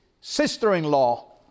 sister-in-law